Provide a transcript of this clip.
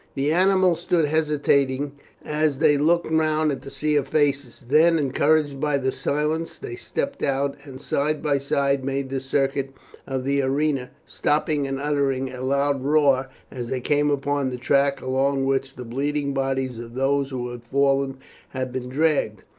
the animals stood hesitating as they looked round at the sea of faces, then, encouraged by the silence, they stepped out, and side by side made the circuit of the arena, stopping and uttering a loud roar as they came upon the track along which the bleeding bodies of those who had fallen had been dragged.